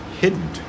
hidden